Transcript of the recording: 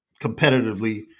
competitively